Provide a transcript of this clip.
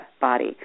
body